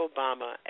Obama